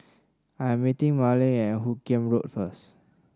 I'm meeting Marlin at Hoot Kiam Road first